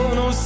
no